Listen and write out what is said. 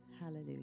Hallelujah